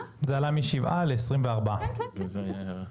כן, כן.